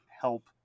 help